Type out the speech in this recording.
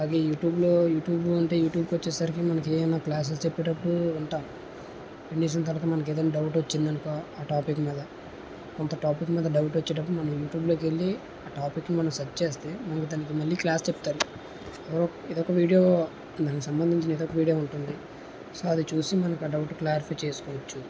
అది యూట్యూబ్ లో యూట్యూబ్ లో యూట్యూబ్ కి వచ్చేసరికి మనకి ఏవైనా క్లాసెస్ చెప్పేటప్పుడు వింటాం కనీసం తర్వాత మనకు ఏదైనా డౌట్ వచ్చిందనుకో ఆ టాపిక్ మీద కొంత టాపిక్ మీద డౌట్ వచ్చినప్పుడు మనం యూట్యూబ్ లోకెళ్ళి ఆ టాపిక్ ను మనం సర్చ్ చేస్తే ముందు దానికి మళ్ళీ క్లాస్ చెప్తారు ఇదొక వీడియో దానికి సంబంధించిన ఏదో ఒక వీడియో ఉంటుంది సో అది చూసి మనం ఆ డౌట్ క్లారిఫై చేసుకోవచ్చు